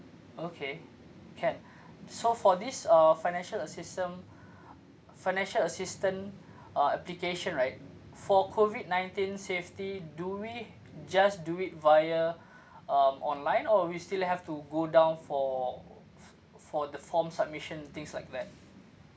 okay can so for this uh financial assistance financial assistance uh application right for COVID nineteen safety do we just do it via um online or we still have to go down for f~ for the form submission things like that